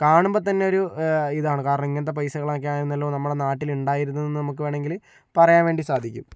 കാണുമ്പോൾ തന്നൊരു ഇതാണ് കാരണം ഇങ്ങനത്തെ പൈസകളൊക്കെ ആയിരുന്നല്ലോ നമ്മളെ നാട്ടിലുണ്ടായിരുന്നത് എന്ന് നമ്മൾക്ക് വേണമെങ്കില് പറയാന് വേണ്ടി സാധിക്കും